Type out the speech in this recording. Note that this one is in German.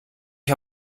ich